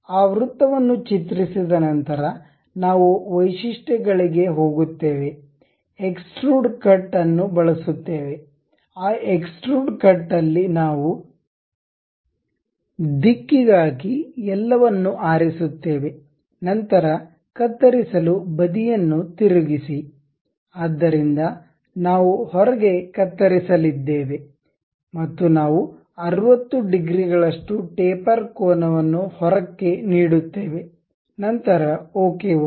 ಆ ವೃತ್ತವನ್ನು ಚಿತ್ರಿಸಿದ ನಂತರ ನಾವು ವೈಶಿಷ್ಟ್ಯಗಳಿಗೆ ಹೋಗುತ್ತೇವೆ ಎಕ್ಸ್ಟ್ರೂಡ್ ಕಟ್ ಅನ್ನು ಬಳಸುತ್ತೇವೆ ಆ ಎಕ್ಸ್ಟ್ರೂಡ್ ಕಟ್ ಅಲ್ಲಿ ನಾವು ದಿಕ್ಕಿಗಾಗಿ ಎಲ್ಲವನ್ನು ಆರಿಸುತ್ತೇವೆ ನಂತರ ಕತ್ತರಿಸಲು ಬದಿಯನ್ನು ತಿರುಗಿಸಿ ಆದ್ದರಿಂದ ನಾವು ಹೊರಗೆ ಕತ್ತರಿಸಲಿದ್ದೇವೆ ಮತ್ತು ನಾವು 60 ಡಿಗ್ರಿಗಳಷ್ಟು ಟೇಪರ್ ಕೋನವನ್ನು ಹೊರಕ್ಕೆ ನೀಡುತ್ತೇವೆ ನಂತರ ಓಕೆ ಒತ್ತಿ